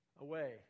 away